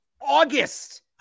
August